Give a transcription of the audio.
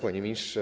Panie Ministrze!